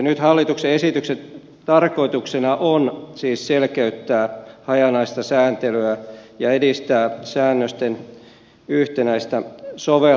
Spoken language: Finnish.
nyt hallituksen esityksen tarkoituksena on siis selkeyttää hajanaista sääntelyä ja edistää säännösten yhtenäistä soveltamista